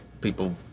people